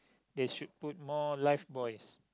they should put more life buoys